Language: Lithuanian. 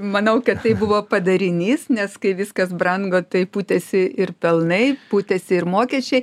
manau kad tai buvo padarinys nes kai viskas brango tai pūtėsi ir pelnai pūtėsi ir mokesčiai